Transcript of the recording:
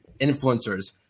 influencers